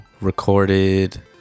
recorded